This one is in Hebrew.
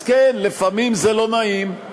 אז כן, לפעמים זה לא נעים,